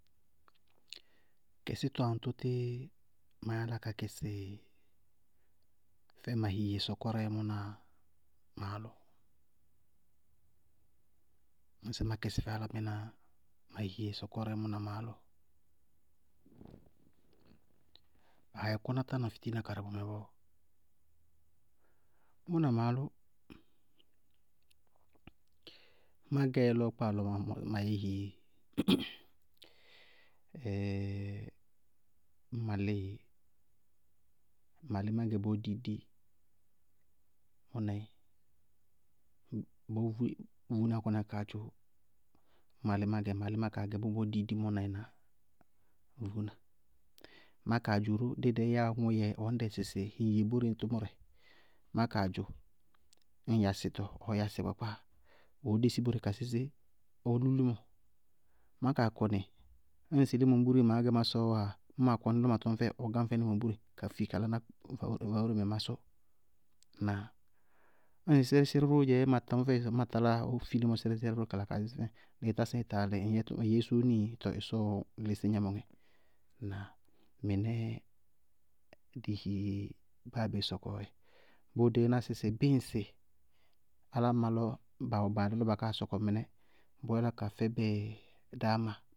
Kɩsítɔ ŋtʋté maá yála ka kɛsɩ fɛ ma hiiye sɔkɔrɛ mʋ na ma álʋ? Ñŋ dɩ má kɛsɩ fɛ álámɩná ma hiiye sɔkɔrɛ mʋ na ma álʋ, ayí kʋná tána fitiina karɩ bʋmɛ bɔɔ, mʋ na ma álʋ, má gɛ yá í lɔ ɔ kpáa lɔ ma yɛ ɩ hiiye, ñ ma líɩ, ma líɩ má gɛ bɔɔ díí di mʋ na í. Bɔɔ vuúnaá kɔníya kaa dzʋ dɩ lɛkínamɛ, ñŋ ma lí má kaa gɛ, ma lí má kaa gɛ bʋ bɔɔ díí di mʋ na í na vuúna, má kaa dzʋ ró dí dɛɛ yɛyá ɔŋʋʋ yɛ ʋñdɛ sɩ hiiye bóre tʋmʋrɛ, má kaa dzʋ, ñŋ yasítɔ ɔɔ yasí kakpáa, ɔɔ dési bóre ka sísí, ɔɔ lú límɔ, má kaa kɔnɩ ñŋsɩ límɔ ŋbúreé ma tɔñ maá gɛ má sɔɔwáa, ñ ma kɔní lɔ ma tɔñ fɛɩ, ɔɔ gáŋ fɛmɛ ka fi ka laná vabóre mɛ má sɔ. Ŋnáa? Ñŋsɩ sɛrɛsɛrɛ róó dzɛɛ, ñŋ ma tɔñ fɛɩ sɩ ñ ma taláa ɔ fi lɩmɔ sɛrɛsɛrɛ kala kaa sísí fɛmɛ dɩɩtá sɩ ɩíŋ! Taalɩ. Ŋ yɛ sóónii? Tɔɔ ɩsɔɔɔ lísí gnɛmʋŋɛ. Ŋnáa? Tɔ mɩnɛɛ dɩ hiiye báa bé sɔkɔɔ dzɛ. Bʋʋ díí ná sɩsɩ bíɩ ŋsɩ álámɩná lɔ ba wɛ baalɛ lɔ ba káa sɔkɔ mɩnɛ, bʋʋ yála ka fɛbɛ dáámá.